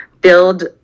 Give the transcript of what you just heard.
build